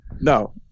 No